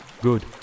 Good